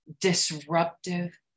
disruptive